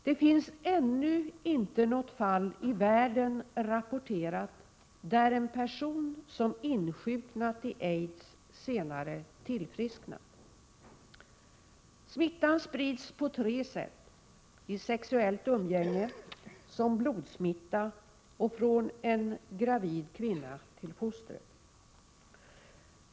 Det finns ännu inte något fall i världen rapporterat, där en person som insjuknat i aids senare tillfrisknat. Smittan sprids på tre sätt: vid sexuellt umgänge, som blodsmitta och från en gravid kvinna till fostret.